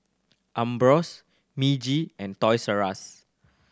Ambros Meiji and Toys R Us